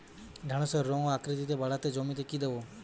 ঢেঁড়সের রং ও আকৃতিতে বাড়াতে জমিতে কি দেবো?